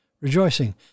rejoicing